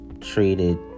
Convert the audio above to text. treated